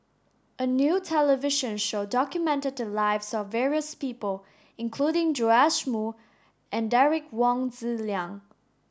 a new television show documented the lives of various people including Joash Moo and Derek Wong Zi Liang